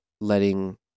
letting